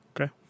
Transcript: Okay